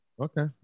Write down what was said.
Okay